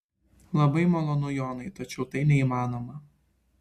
labai malonu jonai tačiau tai neįmanoma